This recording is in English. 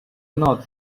not